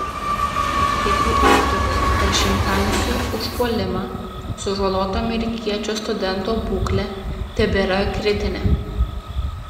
pietų afrikoje per šimpanzių užpuolimą sužaloto amerikiečio studento būklė tebėra kritinė